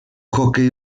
hockey